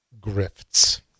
grifts